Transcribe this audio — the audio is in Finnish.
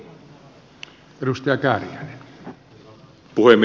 herra puhemies